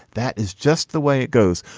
that is just the way it goes.